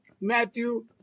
Matthew